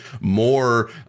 more